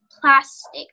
plastic